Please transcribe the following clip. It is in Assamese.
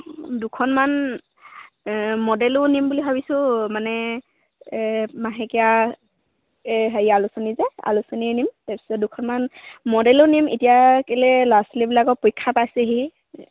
দুখনমান মডেলো নিম বুলি ভাবিছোঁ মানে মাহেকীয়া এই হেৰি আলোচনী যে আলোচনীয়ে নিম তাৰ পিছত দুখনমান মডেলো নিম এতিয়া কেলৈ ল'ৰা ছোৱালীবিলাকৰ পৰীক্ষা পাইছেহি